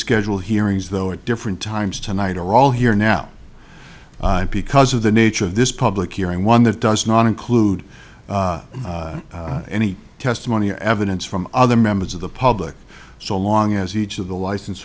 schedule hearings though at different times tonight are all here now because of the nature of this public hearing one that does not include any testimony or evidence from other members of the public so long as each of the license